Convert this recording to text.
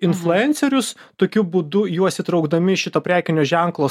influencerius tokiu būdu juos įtraukdami į šito prekinio ženklo